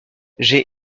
j’ai